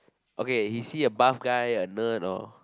okay is he a buff guy a nerd or